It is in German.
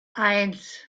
eins